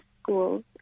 Schools